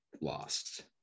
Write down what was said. lost